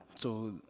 so,